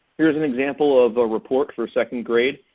here's an example of a report for second grade.